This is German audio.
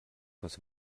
goss